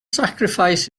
sacrifice